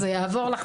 זה יעבור לך,